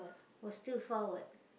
but still far [what]